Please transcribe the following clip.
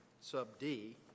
sub-D